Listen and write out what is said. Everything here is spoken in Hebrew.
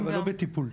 לא בטיפול.